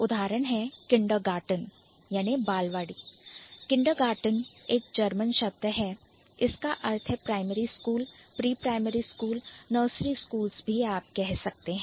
उदाहरण के लिए Kindergarten बालवाड़ी Kindergarten एक जर्मन शब्द है इसका अर्थ है primary school pre primary school nursery schools भी आप कह सकते हैं